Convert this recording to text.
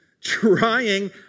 trying